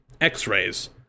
x-rays